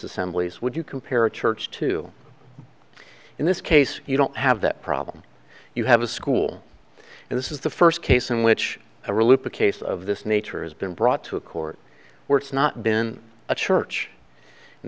assemblies would you compare a church to in this case you don't have that problem you have a school and this is the first case in which i relive the case of this nature has been brought to a court where it's not been a church and